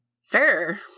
Fair